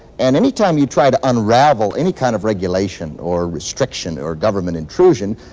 and any time you try to unravel any kind of regulation or restriction or government intrusion,